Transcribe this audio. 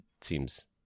seems